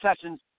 Sessions